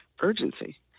urgency